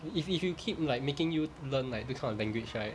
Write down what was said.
if if you keep like making you learn like this kind of language right